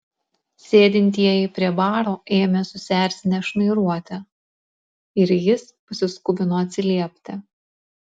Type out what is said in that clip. sėdintieji prie baro ėmė susierzinę šnairuoti ir jis pasiskubino atsiliepti